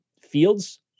Fields